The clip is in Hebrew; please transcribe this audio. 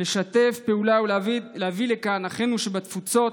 לשתף פעולה ולהביא לכאן את אחינו שבתפוצות,